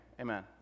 amen